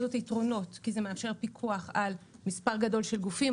זאת יתרונות כי זה מאפשר פיקוח על מספר גדול של גופים,